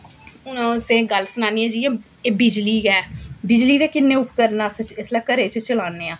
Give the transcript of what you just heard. हून तुसेंगी गल्ल सनानी आं जियां एह् बिजली गै ऐ बिजली दे किन्ने उपकरण अस इसलै अस घरै च चलाने आं